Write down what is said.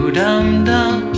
dum-dum